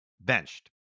benched